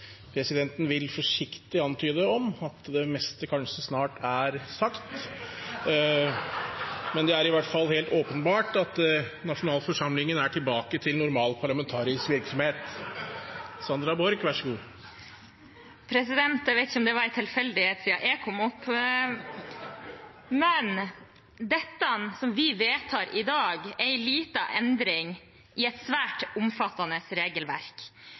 sagt , men det er i hvert fall helt åpenbart at nasjonalforsamlingen er tilbake til normal parlamentarisk virksomhet. Jeg vet ikke om det var en tilfeldighet, siden jeg kom opp … Men: Dette som vi vedtar i dag, er en liten endring i et svært omfattende regelverk,